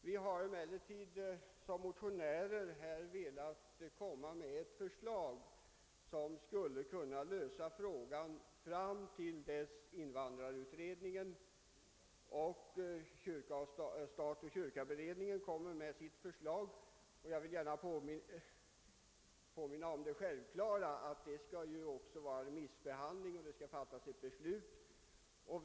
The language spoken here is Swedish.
Vi är emellertid några motionärer som har lagt fram ett förslag som skulle lösa frågan fram till dess invandrarutredningen och stat—kyrka-beredningen lämnar fram sitt förslag. Jag vill gärna påminna om det självklara i att detta skall remissbehandlas innan beslut fattas.